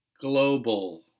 global